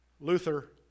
Luther